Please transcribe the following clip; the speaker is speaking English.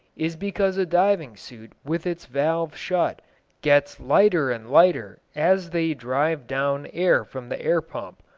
is because a diving-suit with its valve shut gets lighter and lighter as they drive down air from the air-pump,